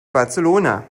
barcelona